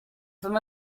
from